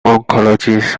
oncologist